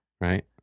Right